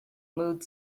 mood